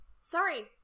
Sorry